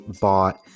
bought